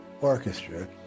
orchestra